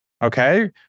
Okay